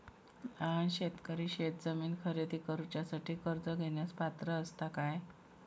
लहान शेतकरी शेतजमीन खरेदी करुच्यासाठी कर्ज घेण्यास पात्र असात काय?